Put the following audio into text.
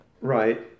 Right